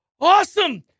awesome